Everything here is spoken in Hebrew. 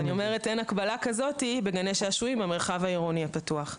אני אומרת שאין הקבלה כזו בגני שעשועים במרחב העירוני הפתוח.